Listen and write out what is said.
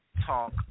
talk